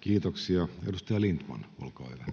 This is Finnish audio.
Kiitoksia. — Edustaja Lindtman, olkaa hyvä.